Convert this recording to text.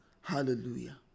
Hallelujah